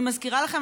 אני מזכירה לכם,